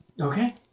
Okay